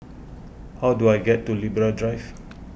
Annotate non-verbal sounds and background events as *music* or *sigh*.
*noise* how do I get to Libra Drive